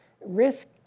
risk